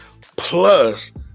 plus